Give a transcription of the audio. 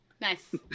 Nice